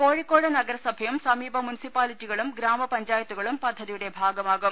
കോഴിക്കോട് നഗരസഭയും സമീപ് മുൻസിപ്പാലികളും ഗ്രാമപഞ്ചായത്തുകളും പദ്ധതിയുടെ ഭാഗമാകും